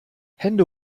hände